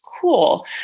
cool